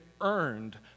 earned